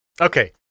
okay